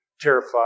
terrified